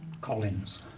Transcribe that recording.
Collins